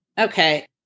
okay